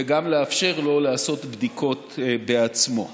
וגם לאפשר לו לעשות בדיקות בעצמו.